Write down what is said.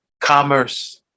commerce